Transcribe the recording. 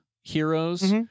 heroes